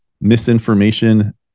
misinformation